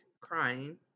crying